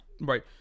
Right